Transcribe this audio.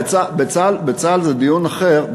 בצה"ל זה דיון אחר.